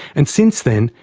and since then,